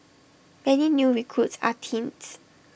many new recruits are teens